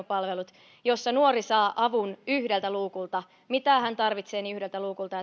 palvelut jossa nuori saa avun yhdeltä luukulta mitä hän tarvitsee niin yhdeltä luukulta